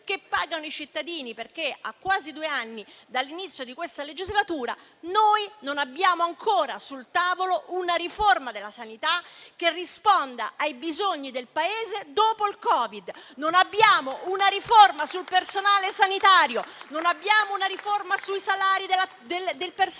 che pagano i cittadini, perché, a quasi due anni dall'inizio di questa legislatura, non abbiamo ancora sul tavolo una riforma della sanità che risponda ai bisogni del Paese dopo il Covid; non abbiamo una riforma sul personale sanitario; non abbiamo una riforma sui salari del personale